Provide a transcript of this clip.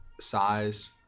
size